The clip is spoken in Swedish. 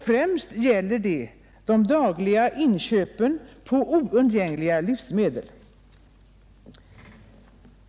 Främst gäller det de dagliga inköpen av oundgängliga livsmedel.